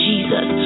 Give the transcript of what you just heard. Jesus